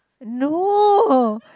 no